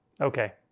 Okay